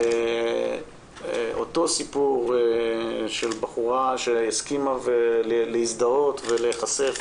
אותו סיפור של בחורה שהסכימה להזדהות ולהיחשף,